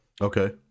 Okay